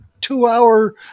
two-hour